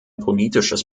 politisches